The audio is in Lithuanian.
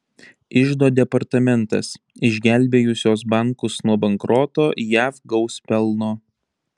iždo departamentas išgelbėjusios bankus nuo bankroto jav gaus pelno